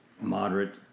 moderate